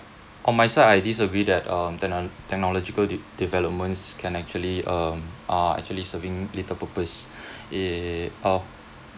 on my side I disagree that um techno technological developments can actually um are actually serving little purpose in of